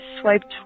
swiped